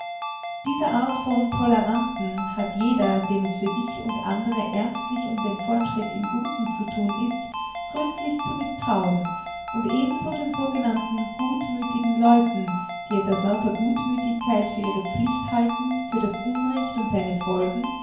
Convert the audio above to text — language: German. dieser art von toleranten hat jeder dem es für sich und andere ernstlich um den fortschritt im guten zu thun ist gründlich zu mißtrauen und ebenso den sogenannten gutmüthigen leuten die es aus lauter gutmüthigkeit für ihre pflicht halten für das unrecht und seine folgen